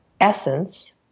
essence